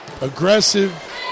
aggressive